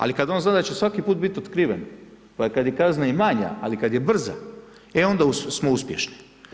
Ali kada on zna da će svaki put biti otkriven pa kada je kazna i manja ali kada je brza e onda smo uspješni.